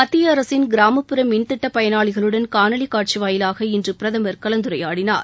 மத்திய அரசின் கிராமப்புற மின் திட்ட பயனாளிகளுடன் காணொலி காட்சி வாயிலாக இன்று பிரதமா் கலந்துரையாடினார்